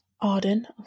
Arden